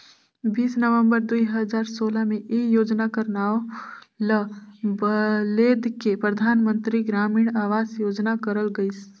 बीस नवंबर दुई हजार सोला में ए योजना कर नांव ल बलेद के परधानमंतरी ग्रामीण अवास योजना करल गइस